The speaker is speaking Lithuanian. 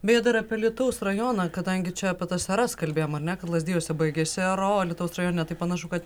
beje dar apie alytaus rajoną kadangi čia apie tas eras kalbėjom ar ne kad lazdijuose baigėsi era o alytaus rajone tai panašu kad